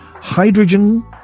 hydrogen